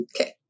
okay